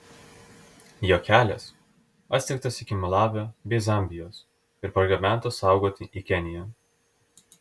jo kelias atsektas iki malavio bei zambijos ir pargabentas saugoti į keniją